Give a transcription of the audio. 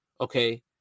okay